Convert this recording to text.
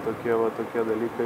tokie va tokie dalykai